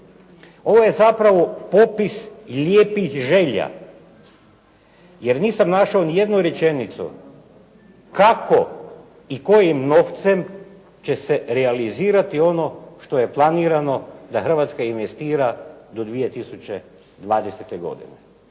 Ovo je zapravo popis lijepih želja jer nisam našao nijednu rečenicu kako i kojim novcem će se realizirati ono što je planirano da Hrvatska investira do 2020. godine.